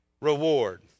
reward